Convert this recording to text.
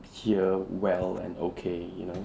here well and okay you know